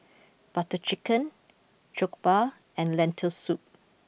Butter Chicken Jokbal and Lentil Soup